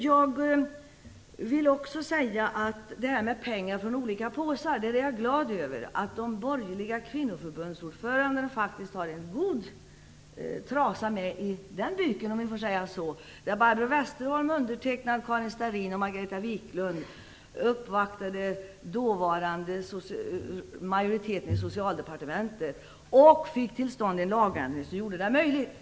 Jag vill också säga när det gäller det här med pengar från olika påsar att jag är glad över att de borgerliga kvinnoförbundsordförandena har varit djupt involverade i den frågan. Barbro Westerholm, jag själv, Karin Starrin och Margareta Viklund uppvaktade dåvarande majoriteten i Socialdepartementet och fick en lagändring till stånd som gjorde det möjligt.